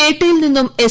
പേട്ടയിൽ നിന്നും എസ്